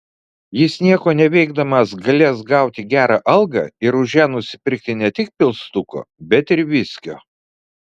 jis nieko neveikdamas galės gauti gerą algą ir už ją nusipirkti ne tik pilstuko bet ir viskio